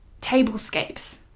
tablescapes